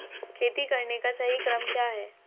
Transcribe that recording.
खेती करने का सही क्रम क्या है?